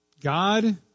God